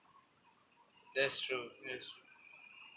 that's true that's true